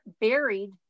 buried